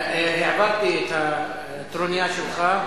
העברתי את הטרוניה שלך,